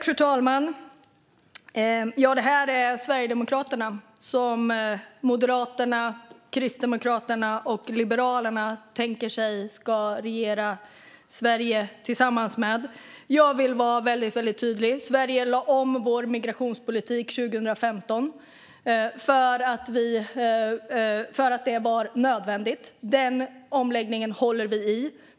Fru talman! Ja, det här är Sverigedemokraterna, som Moderaterna, Kristdemokraterna och Liberalerna tänker sig att regera Sverige tillsammans med. Jag vill vara väldigt tydlig: Sverige lade om sin migrationspolitik 2015 för att det var nödvändigt. Den omläggningen håller vi i.